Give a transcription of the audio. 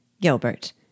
Gilbert